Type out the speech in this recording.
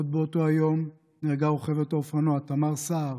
עוד באותו היום נהרגה רוכבת האופנוע תמר סהר,